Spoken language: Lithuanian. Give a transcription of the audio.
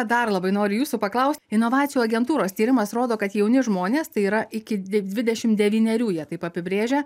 dar labai noriu jūsų paklausti inovacijų agentūros tyrimas rodo kad jauni žmonės tai yra iki dvidešim devynerių jie taip apibrėžia